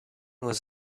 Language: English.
was